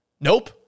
Nope